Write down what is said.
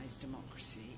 democracy